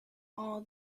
all